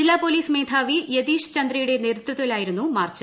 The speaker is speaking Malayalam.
ജില്ലാ പൊലീസ് മേധാവി യതീഷ് ചന്ദ്രയുടെ നേതൃത്വത്തിലായിരുന്നു മാർച്ച്